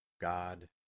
God